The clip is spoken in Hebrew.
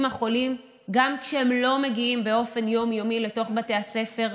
החולים גם כשהם לא מגיעים באופן יום-יומי לתוך בתי הספר.